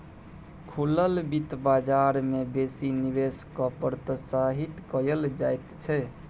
खुलल बित्त बजार मे बेसी निवेश केँ प्रोत्साहित कयल जाइत छै